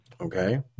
Okay